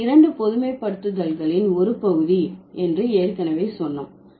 இந்த 2 பொதுமைப்படுத்துதல்களின் ஒரு பகுதி என்று ஏற்கனவே சொன்னோம்